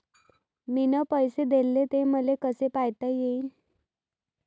मिन पैसे देले, ते मले कसे पायता येईन?